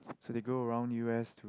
so they go around U_S to